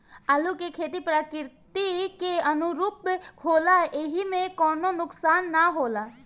आलू के खेती प्रकृति के अनुरूप होला एइमे कवनो नुकसान ना होला